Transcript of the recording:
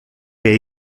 que